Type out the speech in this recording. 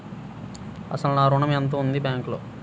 అసలు నా ఋణం ఎంతవుంది బ్యాంక్లో?